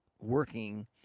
working